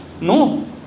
No